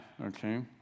Okay